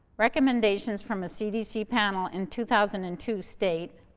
recommendations from a cdc panel in two thousand and two state